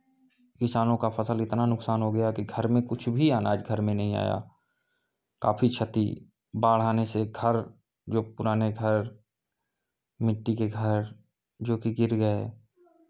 किसानों का फसल इतना नुकसान हो गया कि घर में कुछ भी अनाज घर में नहीं आया काफी क्षति बाढ़ आने से घर जो पुराने घर मिट्टी के घर जो की गिर गए